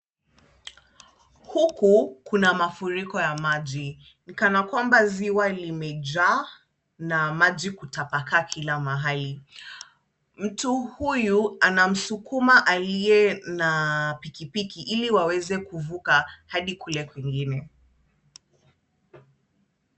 Huku kuna mafuriko ya maji, ni kama kwamba ziwa limejaa na maji kutapakaa kila mahali, mtu huyu anamsukuma aliye na pikipiki ili waweze kuvuka hadi kule kwingine.